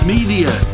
Media